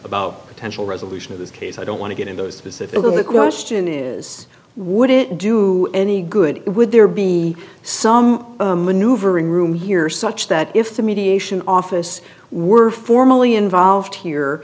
about potential resolution of this case i don't want to get into a specific of the question is would it do any good would there be some new over in room here such that if the mediation office were formally involved here